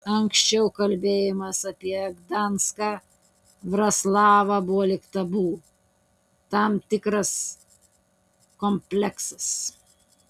anksčiau kalbėjimas apie gdanską vroclavą buvo lyg tabu tam tikras kompleksas